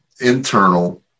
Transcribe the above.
internal